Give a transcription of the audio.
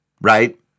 right